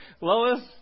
Lois